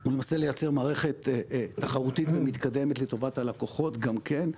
הוא לייצר מערכת תחרותית ומתקדמת לטובת הלקוחות גם כן.